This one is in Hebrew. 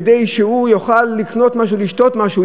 כדי שהוא יוכל לקנות משהו, לשתות משהו.